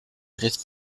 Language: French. avaient